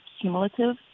cumulative